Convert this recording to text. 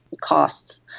costs